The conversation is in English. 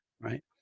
right